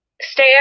Stay